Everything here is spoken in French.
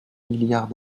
milliards